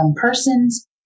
persons